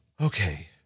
okay